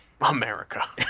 America